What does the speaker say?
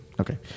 Okay